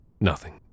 Nothing